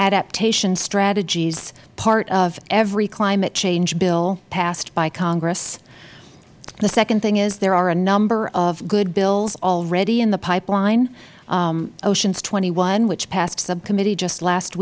adaptation strategies part of every climate change bill passed by congress the second thing is there are a number of good bills already in the pipeline oceans twenty one which passed subcommittee just